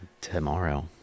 Tomorrow